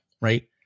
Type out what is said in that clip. right